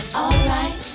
alright